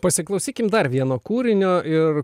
pasiklausykim dar vieno kūrinio ir